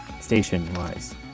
Station-wise